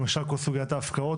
למשל כל סוגיית ההפקעות,